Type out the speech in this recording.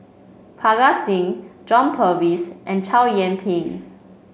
Parga Singh John Purvis and Chow Yian Ping